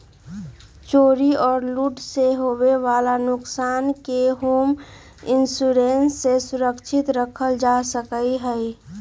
चोरी और लूट से होवे वाला नुकसान के होम इंश्योरेंस से सुरक्षित रखल जा सका हई